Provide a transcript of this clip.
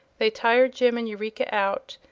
they tired jim and eureka out,